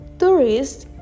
tourists